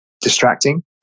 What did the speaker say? distracting